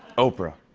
oprah.